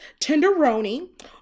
Tenderoni